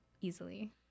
easily